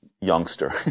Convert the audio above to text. youngster